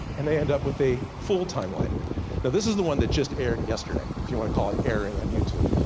and i end up with a full timeline. now this is the one that just aired yesterday. if you want to call it airing on youtube.